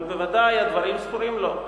אבל בוודאי הדברים זכורים לו,